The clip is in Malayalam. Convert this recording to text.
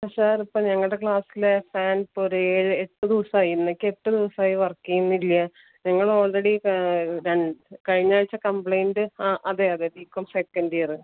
ആ സർ ഇപ്പം ഞങ്ങളുടെ ക്ലാസ്സിലെ ഫാൻ ഇപ്പോൾ ഒരു ഏഴെട്ട് ദിവസമായി ഇന്നേക്ക് എട്ട് ദിവസമായി വർക്ക് ചെയ്യുന്നില്ല ഞങ്ങൾ ഓൾറെഡി കഴിഞ്ഞയാഴ്ച കംപ്ലയിൻറ് ആ അതെയതെ ബി കോം സെക്കൻഡ് ഇയർ